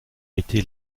été